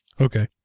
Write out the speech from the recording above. Okay